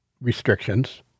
restrictions